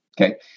Okay